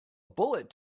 bullet